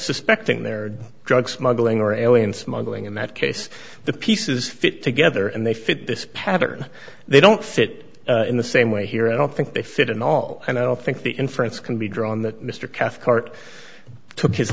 suspecting their drug smuggling or alien smuggling in that case the pieces fit together and they fit this pattern they don't fit in the same way here i don't think they fit in all and i don't think the inference can be drawn that mr cathcart took his